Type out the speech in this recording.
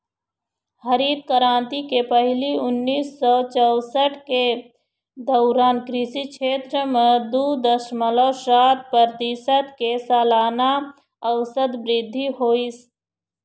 हरित करांति के पहिली उन्नीस सौ चउसठ के दउरान कृषि छेत्र म दू दसमलव सात परतिसत के सलाना अउसत बृद्धि होइस